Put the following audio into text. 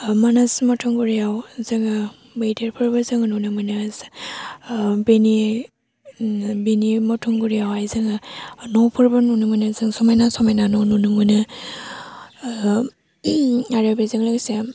मानास मथंगुरियाव जोङो मैदेरफोरबो जों नुनो मोनो बेनि बेनि मथंगुरियावहाय जोङो न'फोरबो नुनो मोनो जों समायना समायना न' नुनो मोनो आरो बेजों लोगोसे